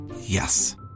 Yes